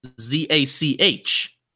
Z-A-C-H